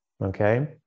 okay